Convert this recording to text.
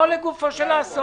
שלפי דעתי הוא ישלם על זה מחיר,